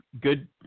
good